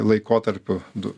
laikotarpiu du